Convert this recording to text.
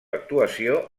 actuació